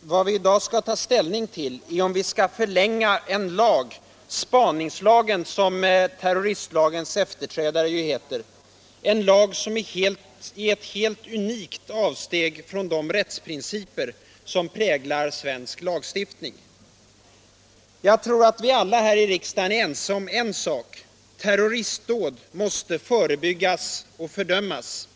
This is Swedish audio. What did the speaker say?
Vad vi i dag skall ta ställning till är om vi skall förlänga en lag — spaningslagen, som terroristlagens efterträdare heter — som är ett helt unikt avsteg från de rättsprinciper som präglar svensk lagstiftning. Jag tror att vi alla här i riksdagen är ense om en sak: terroristdåd måste förebyggas och fördömas.